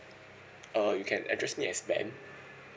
uh you can address me as ben